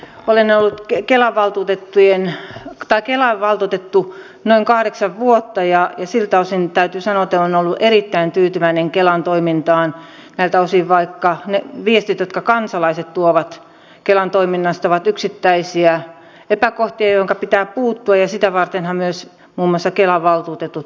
olen ollut kelan valtuutettu noin kahdeksan vuotta ja täytyy sanoa että olen ollut erittäin tyytyväinen kelan toimintaan näiltä osin vaikka ne viestit jotka kansalaiset tuovat kelan toiminnasta ovat yksittäisiä epäkohtia joihinka pitää puuttua ja sitä vartenhan myös muun muassa kelan valtuutetut toimivat